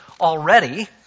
already